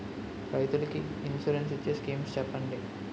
రైతులు కి ఇన్సురెన్స్ ఇచ్చే స్కీమ్స్ చెప్పండి?